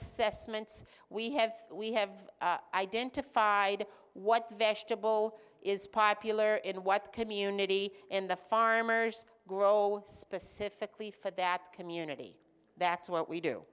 assessments we have we have identified what vegetable is popular in white community in the farmers grohl specifically for that community that's what we do